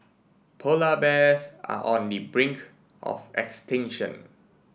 polar bears are on the brink of extinction